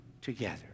together